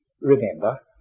remember